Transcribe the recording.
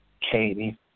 Katie